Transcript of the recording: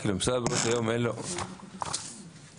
לחובשים, דרך, אגב, נהגי